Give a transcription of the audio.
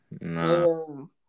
No